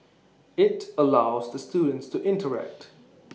IT allows the students to interact